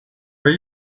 are